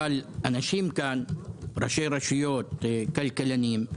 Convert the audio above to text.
אבל ראשי רשויות וכלכלנים,